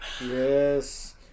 Yes